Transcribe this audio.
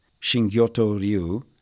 Shingyoto-ryu